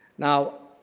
now,